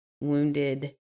wounded